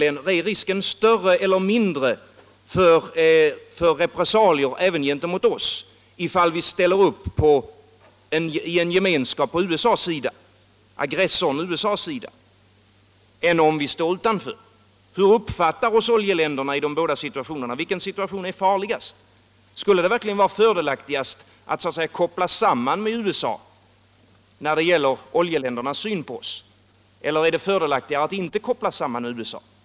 Är risken större eller mindre för repressalier även gentemot oss ifall vi ställer upp i gemenskap på aggressorn USA:s sida än om vi står utanför? Hur uppfattar oljeländerna oss i de båda situationerna? Vilken situation är farligast? Skulle det verkligen vara fördelaktigast att så att säga kopplas samman med USA när det gäller oljeländernas syn på oss, eller är det fördelaktigare att inte kopplas samman med USA?